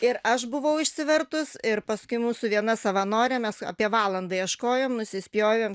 ir aš buvau išsivertus ir paskui mūsų viena savanorė mes apie valandą ieškojome nusispjovėm